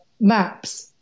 maps